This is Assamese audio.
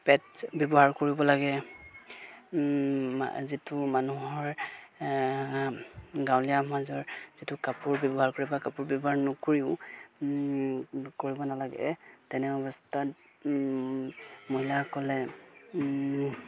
পেড ব্যৱহাৰ কৰিব লাগে যিটো মানুহৰ গাঁৱলীয়া সমাজৰ যিটো কাপোৰ ব্যৱহাৰ কৰে বা কাপোৰ ব্যৱহাৰ নকৰিও কৰিব নালাগে তেনে অৱস্থাত মহিলাসকলে